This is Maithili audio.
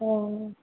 ह्म्म